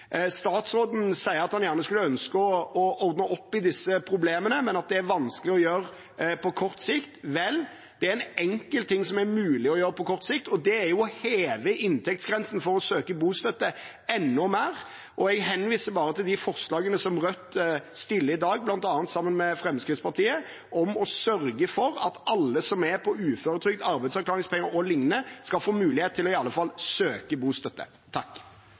Statsråden sier han gjerne skulle ønsket å ordne opp i disse problemene, men at det er vanskelig å gjøre på kort sikt. Vel, det er en enkel ting det er mulig å gjøre på kort sikt, og det er å heve inntektsgrensen for å søke bostøtte enda mer. Jeg henviser bare til de forslagene Rødt fremmer i dag, bl.a. sammen med Fremskrittspartiet, om å sørge for at alle som er på uføretrygd, arbeidsavklaringspenger og lignende, skal få mulighet til i alle fall å søke bostøtte.